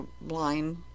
blind